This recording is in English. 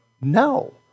No